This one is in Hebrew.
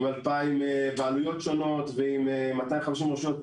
2,000 בעלויות שונות ועם 250 רשויות,